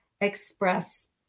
express